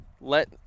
let